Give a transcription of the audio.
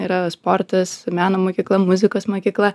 yra sportas meno mokykla muzikos mokykla